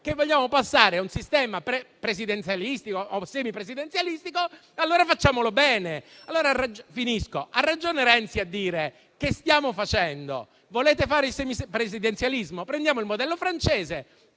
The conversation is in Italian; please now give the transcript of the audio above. vogliamo passare a un sistema presidenziale o semipresidenziale, allora facciamolo bene. Ha ragione Renzi a dire: che stiamo facendo? Volete fare il semipresidenzialismo? Prendiamo il modello francese